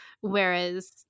whereas